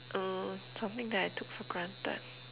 mm something that I took for granted